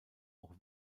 auch